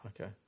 okay